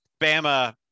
Bama